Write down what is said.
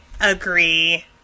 agree